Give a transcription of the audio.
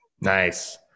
nice